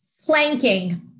Planking